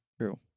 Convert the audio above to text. True